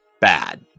bad